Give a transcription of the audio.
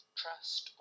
trust